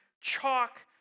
chalk